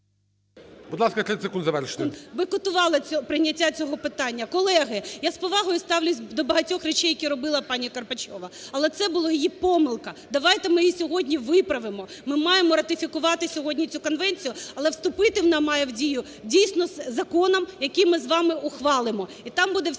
Будь ласка, 30 секунд завершити. ГЕРАЩЕНКО І.В. …бойкотувала прийняття цього питання. Колеги, я з повагою ставлюсь до багатьох речей, які робила пані Карпачова, але це була її помилка. Давайте ми її сьогодні виправимо. Ми маємо ратифікувати сьогодні цю конвенцію, але вступити вона має в дію, дійсно, з законом, який ми з вами ухвалимо,